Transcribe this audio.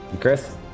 Chris